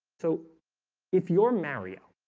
so if you're mary ah